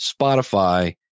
Spotify